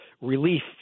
relief